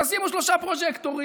תשימו שלושה פרוז'קטורים,